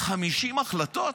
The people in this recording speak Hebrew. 50 החלטות?